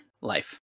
life